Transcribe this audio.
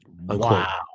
Wow